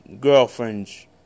girlfriends